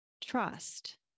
trust